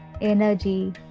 energy